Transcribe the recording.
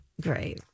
Great